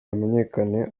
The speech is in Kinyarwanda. hamenyekane